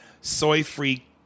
Soy-free